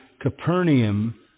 Capernaum